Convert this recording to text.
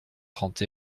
trente